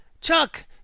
Chuck